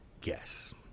guess